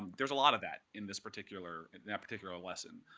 there's a lot of that in this particular that particular lesson.